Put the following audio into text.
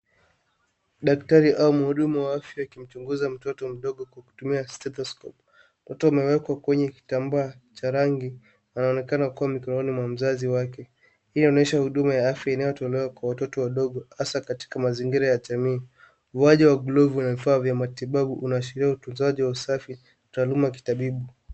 Daktari au mhudumu wa afya akimchunguza mtoto mdogo kwa kutumia stethoscope . Mtoto amewekwa kwenye kitambaa cha rangi na anaonekana akiwa mikononi mwa mzazi wake. Hii inaonyesha huduma ya afya inayotolewa kwa watoto wadogo hasa katika mazingira ya jamii. Uwaji wa glovu na vifaa vya matibabu unaashiria utunzaji wa usafi taaluma ya kitabibu.